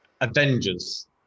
Avengers